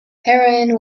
heroin